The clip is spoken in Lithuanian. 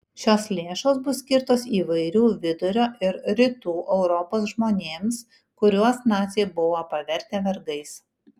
šios lėšos bus skirtos įvairių vidurio ir rytų europos žmonėms kuriuos naciai buvo pavertę vergais